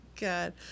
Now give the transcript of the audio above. God